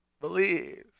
believe